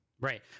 right